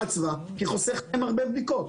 אצווה כי זה חוסך להם הרבה בדיקות.